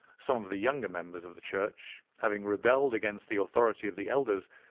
some of the younger members of the church having rebelled against the authority of the elders,